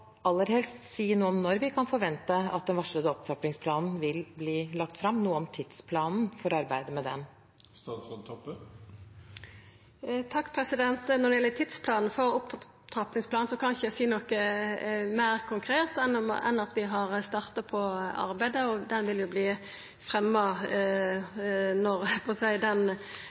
aller helst: Kan statsråden si noe om når vi kan forvente at den varslede opptrappingsplanen vil bli lagt fram – noe om tidsplanen for arbeidet med det? Når det gjeld tidsplanen for opptrappingsplanen, kan eg ikkje seia noko meir konkret enn at vi har starta på arbeidet. Planen vil verta lagd fram når